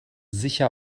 sicher